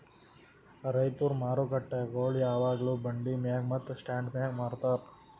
ರೈತುರ್ ಮಾರುಕಟ್ಟೆಗೊಳ್ ಯಾವಾಗ್ಲೂ ಬಂಡಿ ಮ್ಯಾಗ್ ಮತ್ತ ಸ್ಟಾಂಡ್ ಮ್ಯಾಗ್ ಮಾರತಾರ್